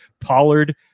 Pollard